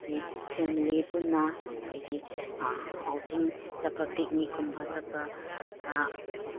ꯑꯗꯒꯤ ꯐꯦꯃꯂꯤ ꯄꯨꯟꯅ ꯑꯩꯈꯣꯏꯒꯤ ꯑꯥꯎꯠꯇꯤꯡ ꯆꯠꯄ ꯄꯤꯛꯅꯤꯛ ꯀꯨꯝꯕ ꯆꯠꯄ